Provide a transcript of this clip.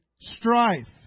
strife